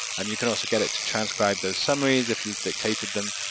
um you can also get it transcribe the summaries if you dictated them,